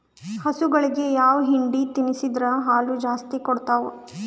ಹಸುಗಳಿಗೆ ಯಾವ ಹಿಂಡಿ ತಿನ್ಸಿದರ ಹಾಲು ಜಾಸ್ತಿ ಕೊಡತಾವಾ?